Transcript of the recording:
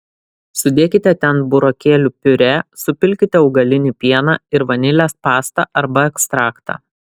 sudėkite ten burokėlių piurė supilkite augalinį pieną ir vanilės pastą arba ekstraktą